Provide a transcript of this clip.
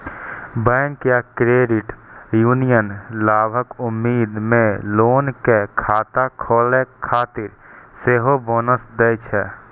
bank या credit union लाभक उम्मीद मे लोग कें खाता खोलै खातिर सेहो बोनस दै छै